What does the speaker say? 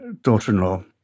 daughter-in-law